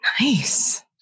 Nice